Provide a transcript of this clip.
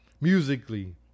musically